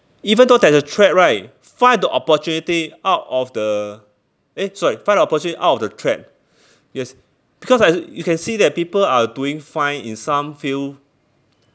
even though there's a threat right find the opportunity out of the eh sorry find the opportunity out of the threat yes because I you can see that people are doing fine in some field